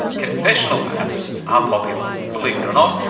confessional apps are popular, believe it or not,